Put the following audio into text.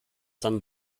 dann